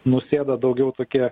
nusėda daugiau tokie